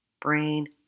brain